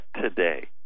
today